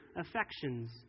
affections